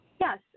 Yes